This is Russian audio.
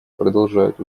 продолжают